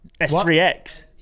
S3X